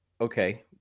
Okay